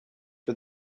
for